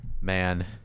Man